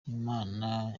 imana